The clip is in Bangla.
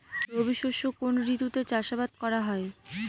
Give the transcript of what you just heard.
রবি শস্য কোন ঋতুতে চাষাবাদ করা হয়?